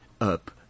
up